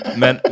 men